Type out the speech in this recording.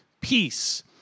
peace